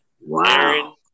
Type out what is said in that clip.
Wow